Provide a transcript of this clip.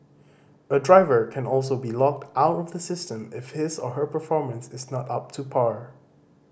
a driver can also be locked out of the system if his or her performance is not up to par